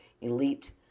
elite